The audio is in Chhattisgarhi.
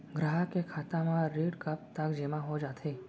ग्राहक के खाता म ऋण कब तक जेमा हो जाथे?